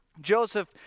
Joseph